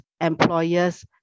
employers